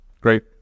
Great